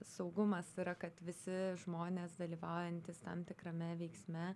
saugumas yra kad visi žmonės dalyvaujantys tam tikrame veiksme